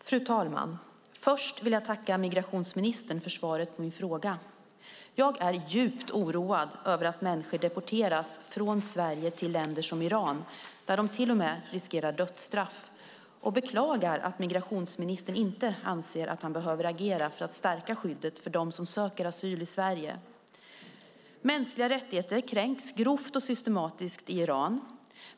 Fru talman! Först vill jag tacka migrationsministern för svaret på min fråga. Jag är djupt oroad över att människor deporteras från Sverige till länder som Iran, där de till och med riskerar dödsstraff. Jag beklagar därför att migrationsministern inte anser att han behöver agera för att stärka skyddet för dem som söker asyl i Sverige. Mänskliga rättigheter kränks grovt och systematiskt i Iran.